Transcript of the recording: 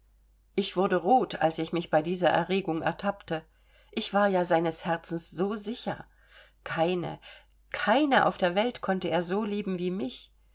ich wurde rot als ich mich bei dieser erregung ertappte ich war ja seines herzens so sicher keine keine auf der welt konnte er so lieben wie mich